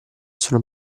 sono